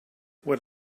what